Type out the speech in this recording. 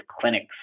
clinics